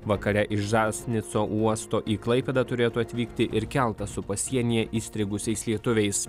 vakare iš žasnico uosto į klaipėdą turėtų atvykti ir keltas su pasienyje įstrigusiais lietuviais